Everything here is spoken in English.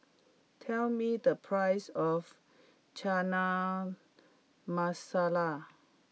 tell me the price of Chana Masala